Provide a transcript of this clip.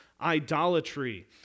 idolatry